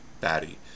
batty